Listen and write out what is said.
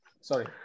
sorry